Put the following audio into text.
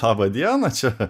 laba diena čia